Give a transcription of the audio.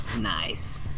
Nice